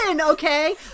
okay